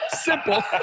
Simple